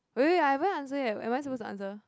wait wait I haven't answer yet am I supposed to answer